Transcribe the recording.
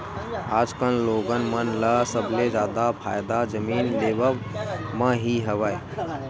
आजकल लोगन मन ल सबले जादा फायदा जमीन लेवब म ही हवय